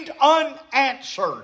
unanswered